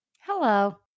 Hello